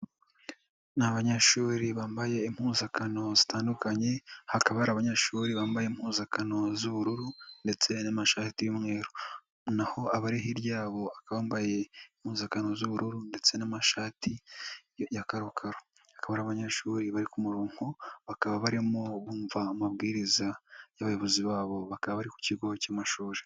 Ni abanyeshuri bambaye impuzankano zitandukanye, hakaba hari abanyeshuri bambaye impuzankano z'ubururu ndetse n'amashati y'umweru, naho abari hirya yabo bakaba bambaye impuzankano z'ubururu ndetse n'amashati ya karokaro, akaba ari abanyeshuri bari ku murongo bakaba barimo bumva amabwiriza y'abayobozi babo, bakaba bari ku kigo cy'amashuri.